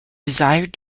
desired